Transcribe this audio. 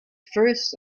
first